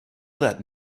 that